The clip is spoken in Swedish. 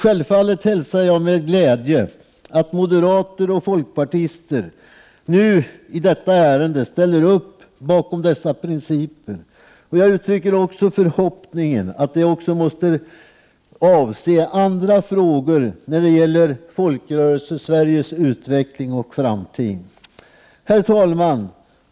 Självfallet hälsar jag med glädje att moderata samlingspartiet och folkpartiet i detta ärende ställer upp bakom dessa principer, och jag uttycker också förhoppningen att de också måste avse andra frågor när det gäller Folkrörelsesveriges utveckling och framtid. Herr talman!